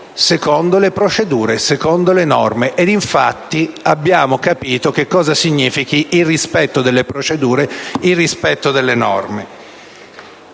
secondo le procedure, secondo le norme. Infatti, abbiamo capito cosa significhi il rispetto delle procedure, cosa significhi il rispetto delle norme.